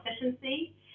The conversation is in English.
efficiency